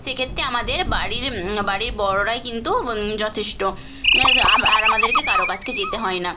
সেক্ষেত্রে আমাদের বাড়ির বাড়ির বড়রাই কিন্তু যথেষ্ট আর আমাদেরকে কারও কাছকে যেতে হয় না